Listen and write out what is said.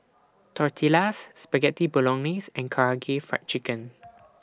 Tortillas Spaghetti Bolognese and Karaage Fried Chicken